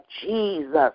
Jesus